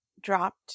dropped